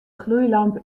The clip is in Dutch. gloeilamp